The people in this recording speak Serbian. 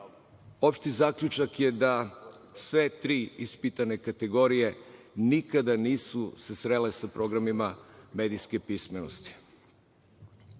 Opšti zaključak je da se sve tri ispitane kategorije nikada nisu srele sa programima medijske pismenosti. Na